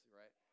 right